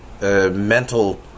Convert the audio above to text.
mental